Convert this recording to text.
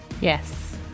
Yes